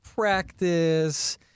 Practice